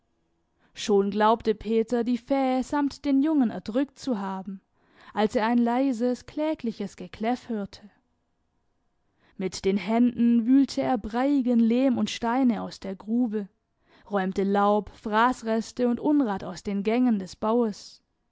schon glaubte peter die fähe samt den jungen erdrückt zu haben als er ein leises klägliches gekläff hörte mit den händen wühlte er breiigen lehm und steine aus der grube räumte laub fraßreste und unrat aus den gängen des baues